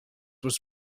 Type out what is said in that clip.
was